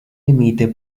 emite